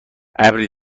ابری